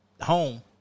home